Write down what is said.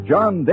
John